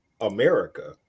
America